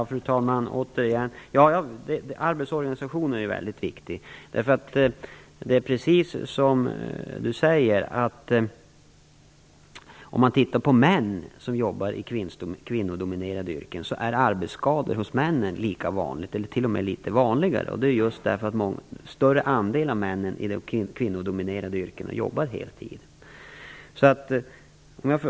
Fru talman! Arbetsorganisationen är väldigt viktig, precis som Ann-Kristine Johansson säger. Om man tittar på män som jobbar i kvinnodominerade yrken ser man att arbetsskador är lika vanliga och t.o.m. vanligare bland de männen. Det beror just på att en större andel av männen i de kvinnodominerade yrkena jobbar heltid.